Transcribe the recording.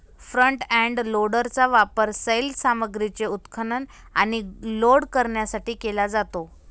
front end लोडरचा वापर सैल सामग्रीचे उत्खनन आणि लोड करण्यासाठी केला जातो